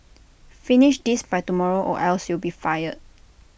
finish this by tomorrow or else you'll be fired